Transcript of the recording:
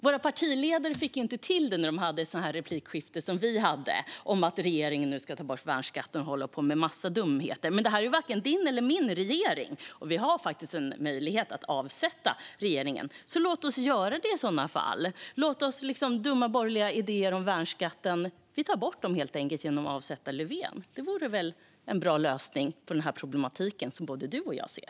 Våra partiledare fick inte till det när de hade sådana replikskiften som vi har nu om att regeringen ska ta bort värnskatten och håller på med en massa dumheter. Men det är ju varken din eller min regering. Vi har faktiskt möjlighet att avsätta regeringen, så låt oss i så fall göra det! Låt oss helt enkelt ta bort dumma borgerliga idéer om värnskatten genom att avsätta Löfven! Det vore väl en bra lösning på den här problematiken, som både du och jag ser?